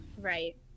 Right